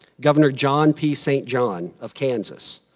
governor john p. st. john of kansas,